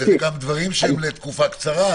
זה גם דברים שהם לתקופה קצרה,